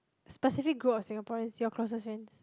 specific group of Singaporeans your closest friends